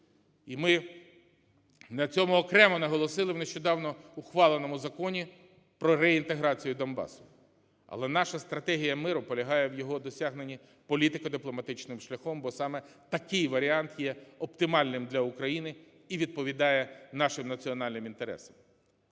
і ми на цьому окремо наголосили в нещодавно ухваленому Законі про реінтеграцію Донбасу. Але наша стратегія миру полягає в його досягненні політико-дипломатичним шляхом, бо саме такий варіант є оптимальним для України і відповідає нашим національним інтересам.